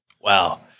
Wow